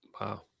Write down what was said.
Wow